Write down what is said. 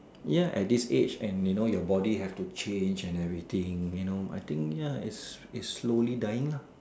ya at this age and you know your body have to change and everything you know I think ya its its slowly dying lah